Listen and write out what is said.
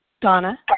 Donna